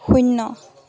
শূন্য